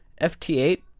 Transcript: FT8